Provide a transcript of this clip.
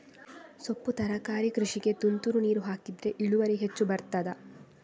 ಸೊಪ್ಪು ತರಕಾರಿ ಕೃಷಿಗೆ ತುಂತುರು ನೀರು ಹಾಕಿದ್ರೆ ಇಳುವರಿ ಹೆಚ್ಚು ಬರ್ತದ?